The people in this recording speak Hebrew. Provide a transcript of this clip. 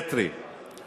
הפסיכומטרי